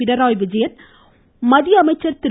பினராயி விஜயன் மத்திய அமைச்சர் திரு